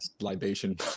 Libation